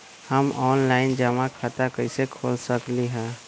हम ऑनलाइन जमा खाता कईसे खोल सकली ह?